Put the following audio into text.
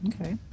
okay